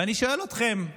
ואני שואל אתכם,